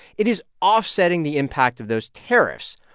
it is offsetting the impact of those tariffs.